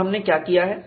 और हमने क्या किया है